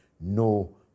no